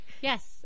Yes